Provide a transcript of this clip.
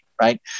right